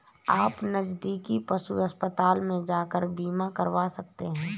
आप नज़दीकी पशु अस्पताल में जाकर बीमा करवा सकते है